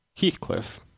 Heathcliff